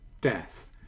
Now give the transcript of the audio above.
death